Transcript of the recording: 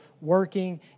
working